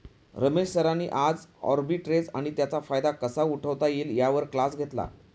रमेश सरांनी आज आर्बिट्रेज आणि त्याचा फायदा कसा उठवता येईल यावर क्लास घेतला